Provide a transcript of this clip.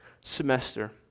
semester